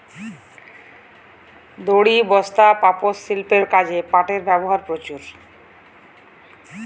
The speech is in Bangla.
দড়ি, বস্তা, পাপোষ, শিল্পের কাজে পাটের ব্যবহার প্রচুর